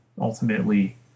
ultimately